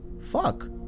fuck